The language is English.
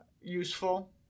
useful